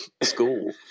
school